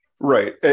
Right